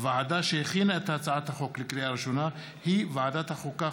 הוועדה שהכינה את הצעת החוק לקריאה ראשונה היא ועדת החוקה,